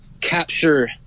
capture